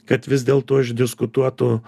kad vis dėlto išdiskutuotų